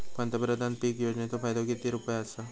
पंतप्रधान पीक योजनेचो फायदो किती रुपये आसा?